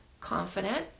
confident